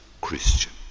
Christian